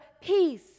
peace